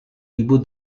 ribu